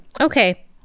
Okay